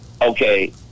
Okay